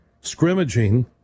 scrimmaging